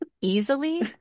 easily